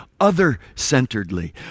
other-centeredly